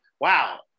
wow